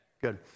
Good